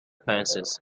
pencils